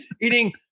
eating